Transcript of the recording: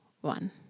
one